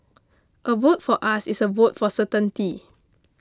a vote for us is a vote for certainty